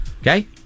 Okay